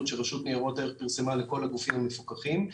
שהרשות לניירות ערך פרסמה לכל הגופים המפוקחים.